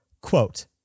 Quote